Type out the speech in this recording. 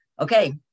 okay